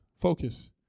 Focus